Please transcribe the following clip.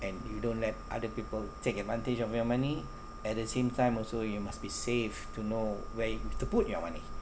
and you don't let other people take advantage of your money at the same time also you must be safe to know where you to put your money